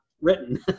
written